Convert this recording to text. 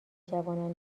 جوانان